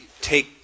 take